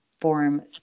form